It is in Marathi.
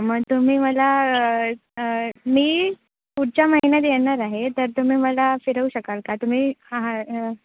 मग तुम्ही मला मी पुढच्या महिन्यात येणार आहे तर तुम्ही मला फिरवू शकाल का तुम्ही हा हां